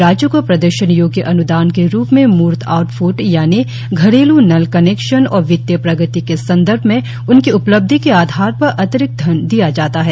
राज्यों को प्रदर्शन योग्य अन्दान के रुप में मूर्त आउटफुट यानि घरेलू नल कनेक्शन और वित्तीय प्रगति के संदर्भ में उनकी उपलब्धि के आधार पर अतिरिक्त धन दिया जाता है